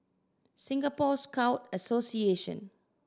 Singapore Scout Association